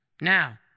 Now